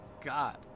god